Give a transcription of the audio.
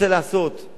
צריך לגייס רוב,